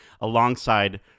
alongside